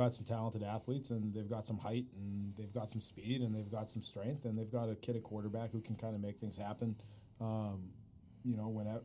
got some talented athletes and they've got some height and they've got some speed and they've got some strength and they've got a kid a quarterback who can try to make things happen you know went out